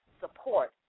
support